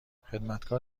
خدمتکار